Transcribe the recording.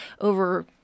over